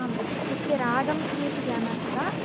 आम् तस्य रागं किमिति जानासि वा